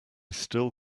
still